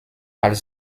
als